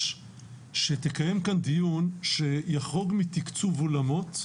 שתקיים כאן דיון שיחרוג מתיקצוב אולמות,